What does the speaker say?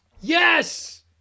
Yes